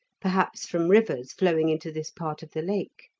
perhaps from rivers flowing into this part of the lake.